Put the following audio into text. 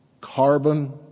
Carbon